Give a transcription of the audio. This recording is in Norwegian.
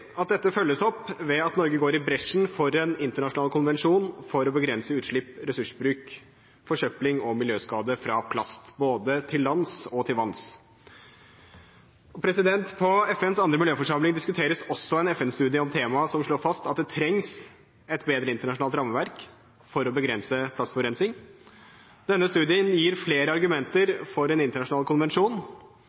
at dette følges opp ved at Norge går i bresjen for en internasjonal konvensjon for å begrense utslipp, ressursbruk, forsøpling og miljøskade fra plast, både til lands og til vanns. På FNs andre miljøforsamling diskuteres også en FN-studie om temaet, som slår fast at det trengs et bedre internasjonalt rammeverk for å begrense plastforurensning. Denne studien gir flere argumenter for en internasjonal konvensjon.